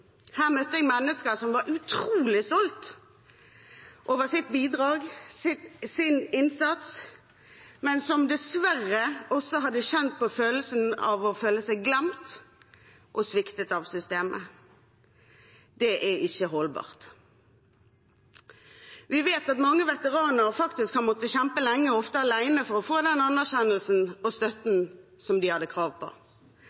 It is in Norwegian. Her møtte jeg mennesker som var utrolig stolte over sitt bidrag, sin innsats, men som dessverre også hadde kjent på følelsen av å føle seg glemt og sviktet av systemet. Det er ikke holdbart. Vi vet at mange veteraner faktisk har måttet kjempe lenge, ofte alene, for å få den anerkjennelsen og